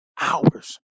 hours